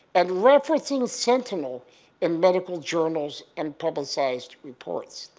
and referencing sentinel in medical journals and publicized reports.